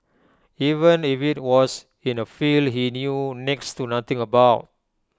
even if IT was in A field he knew next to nothing about